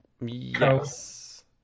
Yes